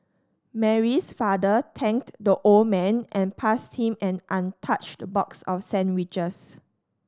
Mary's father thanked the old man and passed him an untouched box of sandwiches